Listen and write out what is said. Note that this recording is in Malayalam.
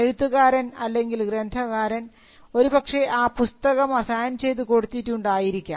എഴുത്തുകാരൻ അല്ലെങ്കിൽ ഗ്രന്ഥകാരൻ ഒരുപക്ഷേ ആ പുസ്തകം അസൈൻ ചെയ്തു കൊടുത്തിട്ടുണ്ടായിരിക്കാം